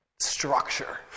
structure